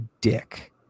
dick